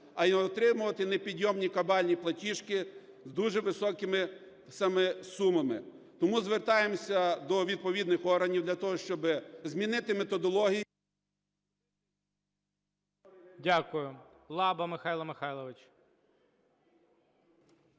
а й отримувати непідйомні кабальні платіжки з дуже високими саме сумами. Тому звертаємось до відповідних органів для того, щоб змінити методологію…